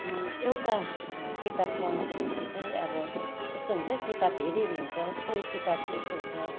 एउटा किताब पढ्नको निम्ति चाहिँ उब यस्तो हुन्छ किताब हेरी हेरी हुन्छ कोही किताब चाहिँ यस्तो हुन्छ